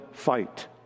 fight